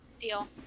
Deal